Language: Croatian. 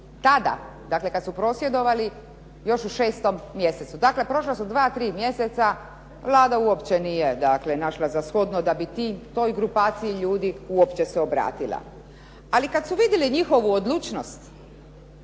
tada dakle kad su prosvjedovali još u šestom mjesecu. Dakle, prošla su dva, tri mjeseca Vlada uopće nije našla za shodno da bi toj grupaciji ljudi uopće se obratila. Ali kad su vidjeli njihovu odlučnost,